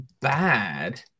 bad